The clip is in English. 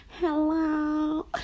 Hello